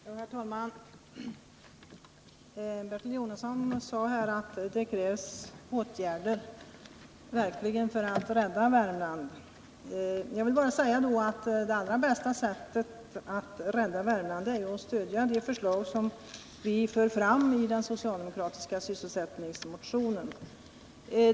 Herr talman! Bertil Jonasson sade att det krävs verkliga åtgärder för att rädda Värmland. Jag vill då bara svara att det bästa sättet att rädda Värmland är att stödja det förslag som vi för fram i den socialdemokratiska sysselsättningsmotionen.